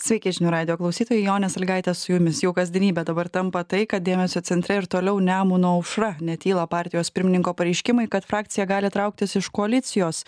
sveiki žinių radijo klausytojai jonė salygaitė su jumis jau kasdienybe dabar tampa tai kad dėmesio centre ir toliau nemuno aušra netyla partijos pirmininko pareiškimai kad frakcija gali trauktis iš koalicijos